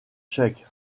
tchèque